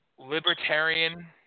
Libertarian